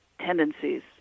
tendencies